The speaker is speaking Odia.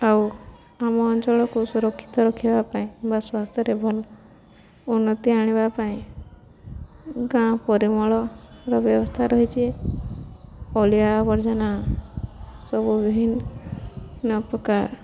ଆଉ ଆମ ଅଞ୍ଚଳକୁ ସୁରକ୍ଷିତ ରଖିବା ପାଇଁ ବା ସ୍ୱାସ୍ଥ୍ୟରେ ଉନ୍ନତି ଆଣିବା ପାଇଁ ଗାଁ ପରିମଳର ବ୍ୟବସ୍ଥା ରହିଛି ଅଳିଆ ଆବର୍ଜନା ସବୁ ବିଭିନ୍ ନ ପ୍ରକାର